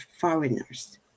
foreigners